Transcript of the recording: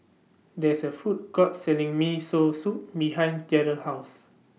There IS A Food Court Selling Miso Soup behind Gerald's House